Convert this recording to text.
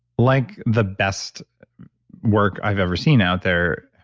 like the best work i've ever seen out there,